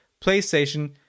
playstation